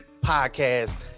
podcast